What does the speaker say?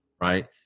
right